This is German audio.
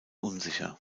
unsicher